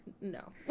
no